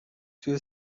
توی